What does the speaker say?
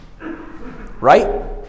Right